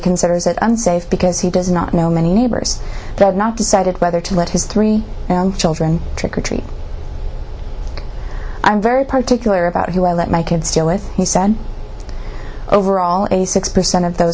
considers it unsafe because he does not know many neighbors they have not decided whether to let his three children trick or treat i'm very particular about who i let my kids deal with he said overall eighty six percent of th